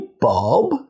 Bob